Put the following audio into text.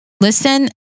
listen